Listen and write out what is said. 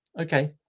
Okay